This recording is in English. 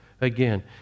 again